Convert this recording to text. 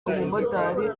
umumotari